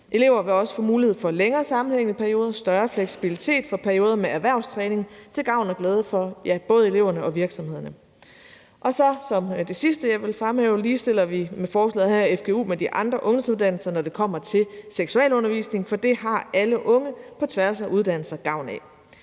Elever vil også få mulighed for længere sammenhængende perioder og større fleksibilitet for perioder med erhvervstræning til gavn og glæde for både eleverne og virksomhederne. Det sidste, jeg vil fremhæve, er, at vi med forslaget her ligestiller fgu med de andre ungdomsuddannelser, når det kommer til seksualundervisning. For det har alle unge på tværs af uddannelser gavn af.